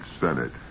Senate